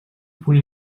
punt